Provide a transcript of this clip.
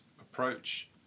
approach